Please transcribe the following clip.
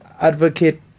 advocate